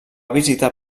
visitar